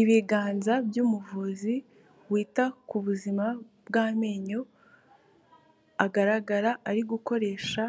Ibiganza byu'umuvuzi wita ku buzima bw'amenyo, agaragara ari gukoresha